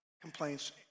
complaints